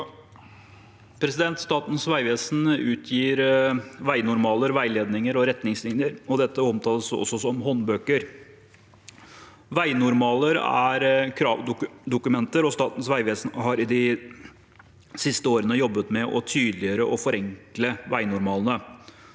Statens vegve- sen utgir vegnormaler, veiledninger og retningslinjer. Dette omtales også som håndbøker. Vegnormaler er kravdokumenter, og Statens vegvesen har de siste årene jobbet med å tydeliggjøre og forenkle vegnormalene.